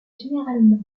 généralement